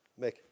Mick